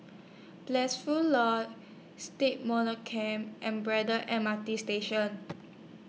Blissful law Stagmont Camp and Braddell M R T Station